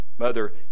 mother